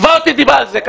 תבע אותי דיבה על זה.